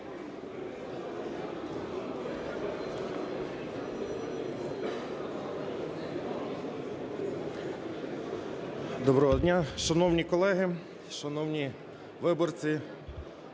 Доброго дня, шановні колеги, шановні виборці,